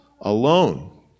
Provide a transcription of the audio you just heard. alone